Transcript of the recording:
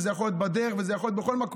זה יכול להיות בדרך וזה יכול להיות בכל מקום.